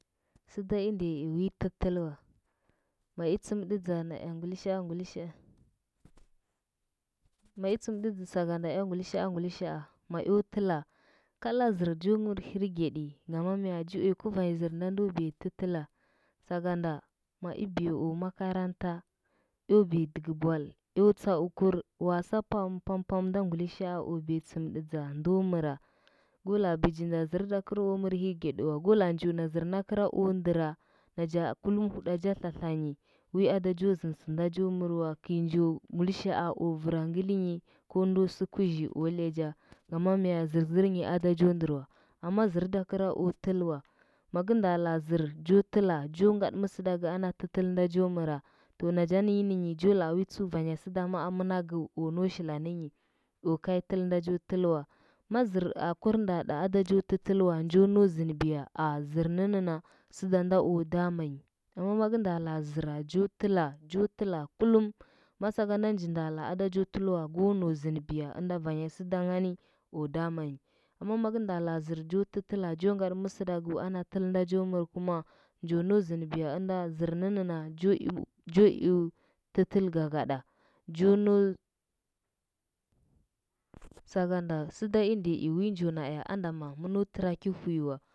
Sɚda i nduya i wi tɚtɚ wa mai tsɚmɗɚdza naea ngulishaa ngulishaa ma, tsɚmɗɚdza sakanda ea ngulisha ngulishaa ma eo tɚla kala zɚr jo mɚr hirgedi ngama mya ji uya guvai zɚr nda ndo biya tɚtɚlar bakanda moi bwa o makaranta eo biya dɚgɚ ball eo tsaukur wasa pam pam pam nda ngulishao biya tsɚmɗɚdza ndo mɚra go la bijinda zɚrda gra o mɚr hirgedi wa go la njo na zɚrndu gra o ndɚra naja kullum wi huɗaja tlatlanyi wi ada jo zɚndɚ sɚnda jo mɚrwɚ kɚi njo ngulishaa o vera ngɚlɚnyi o ndo sɚ kuzhi o lyaja, ngama mya zɚrzɚrnyi ada jo ndɚrwa amma zɚrda kola o tɚlɚ wa magɚ nda la zɚr jo tɚla jo ngaɗɚ mɚsɚɗagɚ na tɚ tɚl na jo mɚra to nacha ninyi ninyi jo, laa wi atsu vanya sɚda maa mɚnagɚu o nau shila ninyi o gai tɚl nda jo tɚl wa ma zɚr a wur nda ɗɚ ada jo tɚtɚl wa njo nau zɚndɚbiya a zɚr nɚnnɚna sɚda nda o damanyi amma magɚ nda la zɚr jo tɚla jo lɚla kulum, ma sakanda nja nda la ada jo tɚlɚ wa, go nau zɚndɚbiya ɚnda vanya sɚda ngani o damanyi amma maga nda la zɚr jo tɚtɚla jo ngadɚ mɚsɚdagu ana tɚtɚl ndo io mɚr kuma njo nau zɚndɚbiya jo eo jo eo tɚtɚl gagaɗa- jo nau- sakanda sɚdo i ndiya i wi njo na andama mɚno tra ki awi wa.